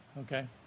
Okay